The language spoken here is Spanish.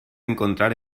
encontrar